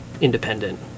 independent